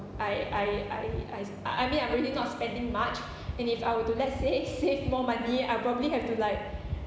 I I I I I mean I'm really not spending much and if I were to let say save more money I probably have to like